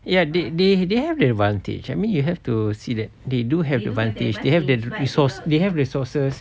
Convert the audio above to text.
ya they they they have the advantage I mean you have to see that they do have advantage they have the resources they have resources